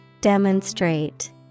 Demonstrate